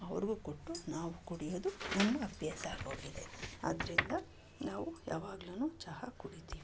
ಅವ್ರಿಗೂ ಕೊಟ್ಟು ನಾವು ಕುಡಿಯೋದು ನಮ್ಗೆ ಅಭ್ಯಾಸ ಆಗೋಗಿದೆ ಆದ್ದರಿಂದ ನಾವು ಯಾವಾಗಲೂ ಚಹಾ ಕುಡಿತೀವಿ